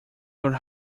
your